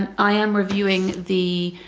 and i am reviewing the